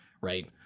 right